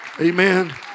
Amen